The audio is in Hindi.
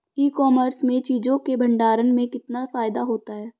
ई कॉमर्स में चीज़ों के भंडारण में कितना फायदा होता है?